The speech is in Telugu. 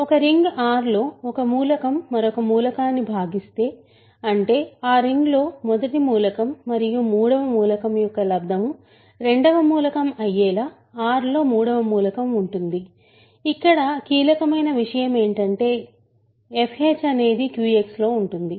ఒక రింగ్ R లో ఒక మూలకం మరొక మూలకాన్ని భాగిస్తే అంటే ఆ రింగ్ లో మొదటి మూలకం మరియు మూడవ మూలకం యొక్క లబ్దం రెండవ మూలకం అయ్యేలా R లో మూడవ మూలకం ఉంటుంది ఇక్కడ కీలకమైన విషయం ఏంటంటే fh అనేది QX లో ఉంటుంది